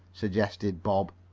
suggested bob.